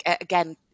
again